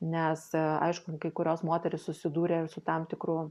nes aišku kai kurios moterys susidūrė ir su tam tikru